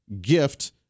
gift